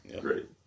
Great